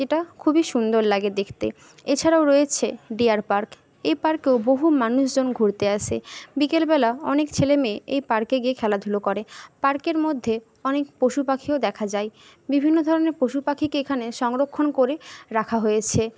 যেটা খুবই সুন্দর লাগে দেখতে এছাড়াও রয়েছে ডিয়ার পার্ক এই পার্কেও বহু মানুষজন ঘুরতে আসে বিকেলবেলা অনেক ছেলেমেয়ে এই পার্কে গিয়ে খেলাধুলো করে পার্কের মধ্যে অনেক পশুপাখিও দেখা যায় বিভিন্ন ধরনের পশুপাখিকে এখানে সংরক্ষণ করে রাখা হয়েছে